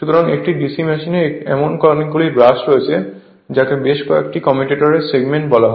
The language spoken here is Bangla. সুতরাং একটি DC মেশিনে এমন অনেকগুলি ব্রাশ রয়েছে যাকে বেশ কয়েকটি কমিউটেটর সেগমেন্ট বলা হয়